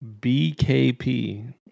BKP